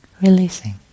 releasing